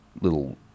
little